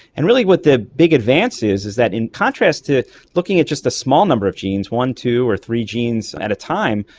and really what the big advance is is that in contrast to looking at just a small number of genes, genes, one, two or three genes at a time,